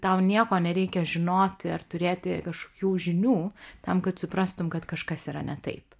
tau nieko nereikia žinoti ar turėti kažkokių žinių tam kad suprastum kad kažkas yra ne taip